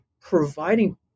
providing